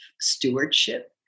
stewardship